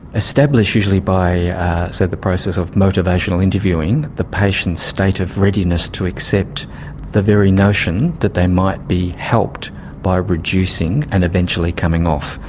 established usually by so the process of motivational interviewing, the patient's state of readiness to accept the very notion that they might be helped by reducing and eventually coming off.